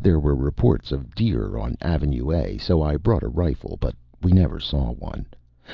there were reports of deer on avenue a, so i brought a rifle, but we never saw one